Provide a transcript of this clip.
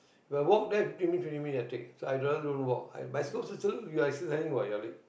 we'll walk there fifteen twenty minutes I take so i don't even walk I bicycle also still exercising also what your leg